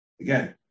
Again